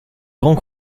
grand